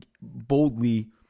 boldly